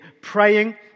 praying